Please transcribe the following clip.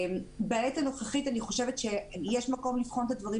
בעת הנוכחית אני חושבת שיש מקום לבחון את הדברים